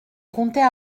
comptais